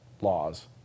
laws